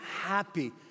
happy